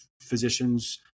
physicians